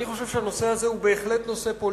אני חושב שהנושא הזה הוא בהחלט נושא פוליטי,